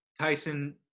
Tyson